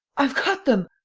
i've got them.